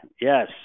Yes